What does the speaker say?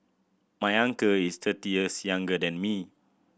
my uncle is thirty years younger than me